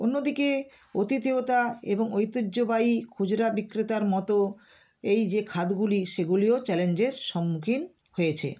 অন্য দিকে আতিথেয়তা এবং ঐতিহ্যবাহী খুচরা বিক্রেতার মতো এই যে খাতগুলি সেগুলিও চ্যালেঞ্জের সম্মুখীন হয়েছে